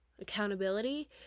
accountability